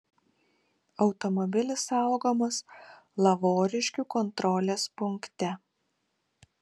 automobilis saugomas lavoriškių kontrolės punkte